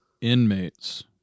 inmates